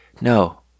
no